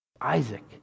Isaac